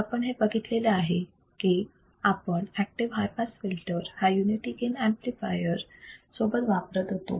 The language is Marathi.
आपण हे बघितलेले आहे की आपण एक्टीव्ह हाय पास फिल्टर हा युनिटी गेन ऍम्प्लिफायर सोबत वापरत होतो